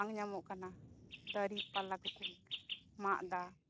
ᱠᱚ ᱵᱟᱝ ᱧᱟᱢᱚᱜ ᱠᱟᱱᱟ ᱫᱟᱨᱤ ᱯᱟᱞᱟ ᱠᱚᱠᱚ ᱢᱟᱜ ᱫᱟ